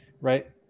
right